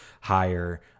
higher